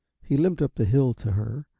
he limped up the hill to her,